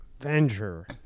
Avenger